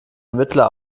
ermittler